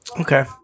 Okay